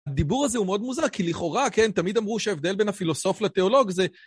הדיבור הזה הוא מאוד מוזר, כי לכאורה, כן, תמיד אמרו שההבדל בין הפילוסוף לתיאולוג זה...